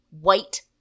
white